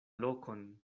lokon